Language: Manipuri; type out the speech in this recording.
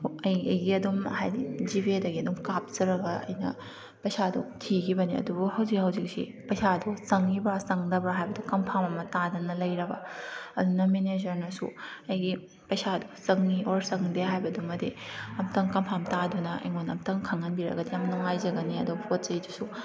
ꯑꯩꯒꯤ ꯑꯗꯨꯝ ꯍꯥꯏꯗꯤ ꯖꯤ ꯄꯦꯗꯒꯤ ꯑꯗꯨꯝ ꯀꯥꯞꯆꯔꯒ ꯑꯩꯅ ꯄꯩꯁꯥꯗꯨ ꯊꯤꯈꯤꯕꯅꯤ ꯑꯗꯨꯨꯕꯨ ꯍꯧꯖꯤꯛ ꯍꯧꯖꯤꯛꯁꯤ ꯄꯩꯁꯥꯗꯨ ꯆꯪꯉꯤꯕ꯭ꯔꯥ ꯆꯪꯗꯕ꯭ꯔꯥ ꯍꯥꯏꯕꯗꯨ ꯀꯟꯐꯥꯝ ꯑꯃ ꯇꯥꯗꯅ ꯂꯩꯔꯕ ꯑꯗꯨꯅ ꯃꯦꯅꯦꯖꯔꯅꯁꯨ ꯑꯩꯒꯤ ꯄꯩꯁꯥꯗꯨ ꯆꯪꯉꯤ ꯑꯣꯔ ꯆꯪꯗꯦ ꯍꯥꯏꯕꯗꯨꯃꯗꯤ ꯑꯝꯇꯪ ꯀꯟꯐꯥꯝ ꯇꯥꯗꯨꯅ ꯑꯩꯉꯣꯟꯗ ꯑꯝꯇꯪ ꯈꯪꯍꯟꯕꯤꯔꯛꯑꯒꯗꯤ ꯌꯥꯝ ꯅꯨꯡꯉꯥꯏꯖꯒꯅꯤ ꯑꯗꯣ ꯄꯣꯠ ꯆꯩꯗꯨꯁꯨ